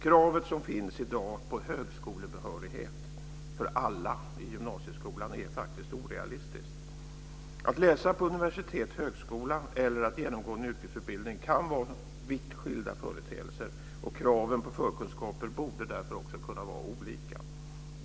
Kravet som finns i dag på högskolebehörighet för alla i gymnasieskolan är faktiskt orealistiskt. Att läsa på universitet eller högskola eller att genomgå en yrkesutbildning kan vara vitt skilda företeelser, och kraven på förkunskaper borde därför också kunna vara olika.